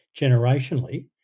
generationally